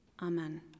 Amen